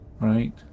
right